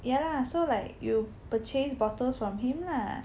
yah lah so like you purchase bottles from him lah